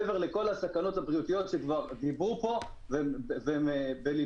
וזאת מעבר לכל הסכנות הבריאותיות עליהן כבר דובר ושהן בליבנו.